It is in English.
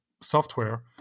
software